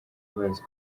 bazi